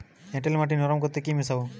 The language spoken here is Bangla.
এঁটেল মাটি নরম করতে কি মিশাব?